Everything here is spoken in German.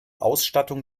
ausstattung